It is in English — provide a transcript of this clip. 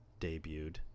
debuted